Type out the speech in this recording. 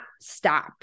stop